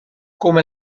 come